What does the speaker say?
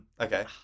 Okay